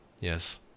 Yes